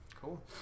Cool